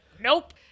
Nope